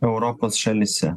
europos šalyse